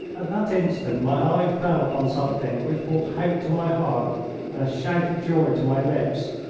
at that instant my eye fell upon something which brought hope to my heart and a shout of joy to my lips.